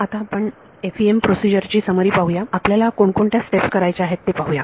आता आपण FEM procedure ची समरी पाहूया आपल्याला कोण कोणत्या स्टेप्स करायच्या आहेत ते पाहूया